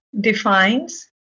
defines